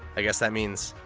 i guess that means.